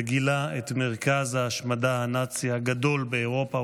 וגילה את מרכז ההשמדה הנאצי הגדול באירופה,